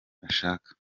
ashaka